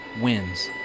wins